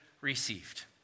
received